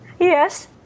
yes